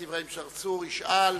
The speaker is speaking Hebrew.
ויש